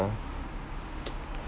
of